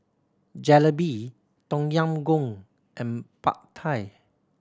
Jalebi Tom Yam Goong and Pad Thai